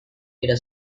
pero